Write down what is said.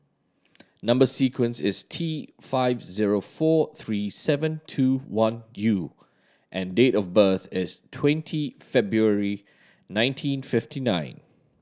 number sequence is T five zero four three seven two one U and date of birth is twenty February nineteen fifty nine